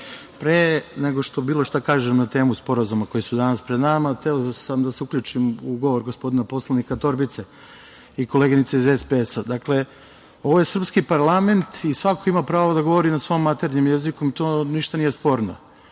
pre nego što bilo šta kažem na temu sporazuma koji su danas pred nama, hteo da se uključim u govor gospodina poslanika Torbice i koleginice iz SPS-a. Dakle, ovo je srpski parlament i svako ima pravo da govori na svom maternjem jeziku, to ništa nije sporno,